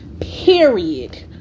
period